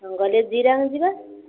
ହଁ ଗଲେ ଜିରାଙ୍ଗ ଯିବା